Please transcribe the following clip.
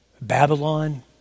Babylon